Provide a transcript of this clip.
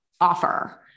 offer